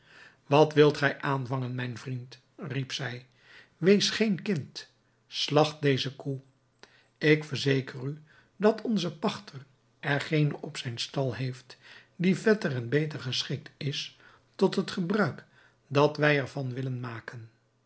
wat wilt gij aanvangen mijn vriend riep zij wees geen kind slagt deze koe ik verzeker u dat onze pachter er geene op zijn stal heeft die vetter en beter geschikt is tot het gebruik dat wij er van willen maken